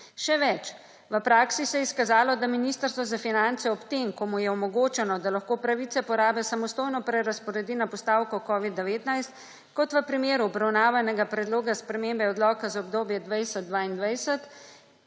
Še več, v praksi se je izkazalo, da Ministrstvo za finance ob tem, ko mu je omogočeno, da lahko pravice porabe samostojno prerazporedi na postavko covid-19, kot v primeru obravnavnega predloga spremembe odloka za obdobje 2020–2022,